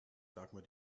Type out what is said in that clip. dagmar